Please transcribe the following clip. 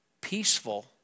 peaceful